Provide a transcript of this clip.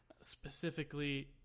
Specifically